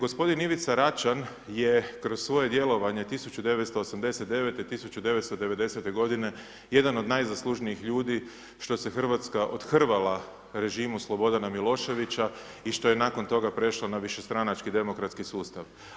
Gospodin Ivica Račan je kroz svoje djelovanje 1989.-1990. godine jedan od najzaslužnijih ljudi što se Hrvatska odhrvala režimu Slobodana Miloševića i što je nakon toga prešlo na višestranački demokratski sustav.